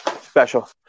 Special